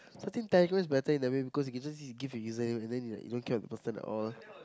so I think Telegram is better in a way because it gives you give the username and then you like don't care about the person at all